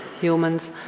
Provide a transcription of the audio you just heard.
humans